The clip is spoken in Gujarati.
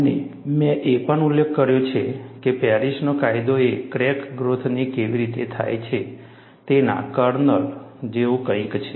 અને મેં એ પણ ઉલ્લેખ કર્યો છે કે પેરિસનો કાયદો એ ક્રેકની ગ્રોથ કેવી રીતે થાય છે તેના કર્નલ જેવું કંઈક છે